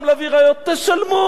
תשלמו.